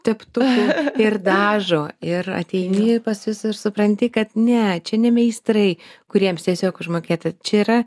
teptuku ir dažo ir ateini pas jus ir supranti kad ne čia ne meistrai kuriems tiesiog užmokėta čia yra